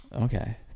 Okay